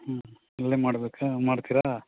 ಹ್ಞೂ ಅಲ್ಲೇ ಮಾಡ್ಬೇಕಾ ಮಾಡ್ತೀರಾ